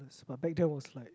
but back then was like